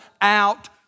out